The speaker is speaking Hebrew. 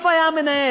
איפה היה המנהל?